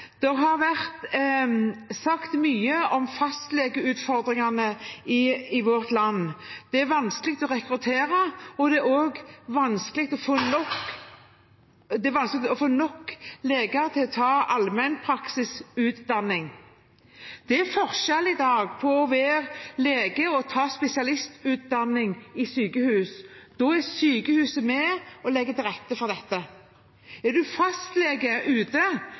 Det har vært sagt mye om fastlegeutfordringene i vårt land. Det er vanskelig å rekruttere, og det er vanskelig å få nok leger til å ta allmennpraktisk utdanning. Det er forskjell i dag på å være lege og å ta spesialistutdanning i sykehus. Da er sykehuset med på å legge til rette for det. Er